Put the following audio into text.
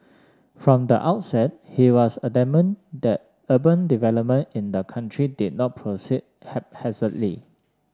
from the outset he was adamant that urban development in the country did not proceed haphazardly